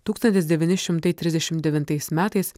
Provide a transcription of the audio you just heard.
tūkstantis devyni šimtai trisdešimt devintais metais